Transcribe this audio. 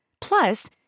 Plus